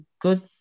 good